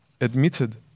admitted